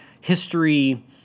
history